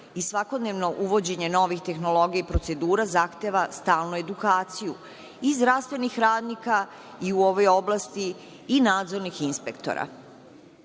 i svakodnevno uvođenje novih tehnologija i procedura zahteva stalnu edukaciju i zdravstvenih radnika i nadzornih inspektora